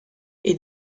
est